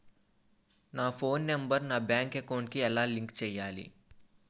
నా phone number నా bank account కి ఎలా లింక్ చేయాలి?